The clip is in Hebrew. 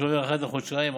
שמועבר אחת לחודשיים,